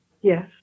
Yes